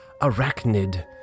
arachnid